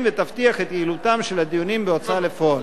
ותבטיח את יעילותם של הדיונים בהוצאה לפועל.